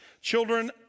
Children